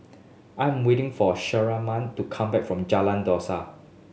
I am waiting for Shirleyann to come back from Jalan Dusan